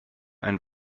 ein